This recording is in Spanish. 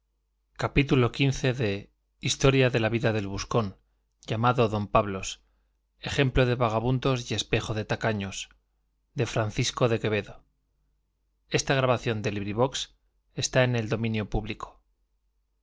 gutenberg ebook historia historia de la vida del buscón llamado don pablos ejemplo de vagamundos y espejo de tacaños de francisco de quevedo y villegas libro primero capítulo i en que